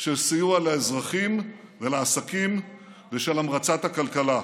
של סיוע לאזרחים ולעסקים ושל המרצת הכלכלה,